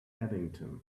abington